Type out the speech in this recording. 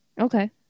Okay